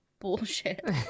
bullshit